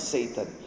Satan